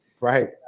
Right